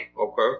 Okay